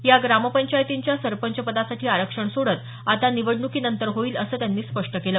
या ग्रामपंचायतींच्या सरपंचपदासाठी आरक्षण सोडत आता निवडणुकीनंतर होईल असं त्यांनी स्पष्ट केलं